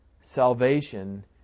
Salvation